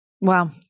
Wow